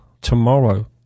tomorrow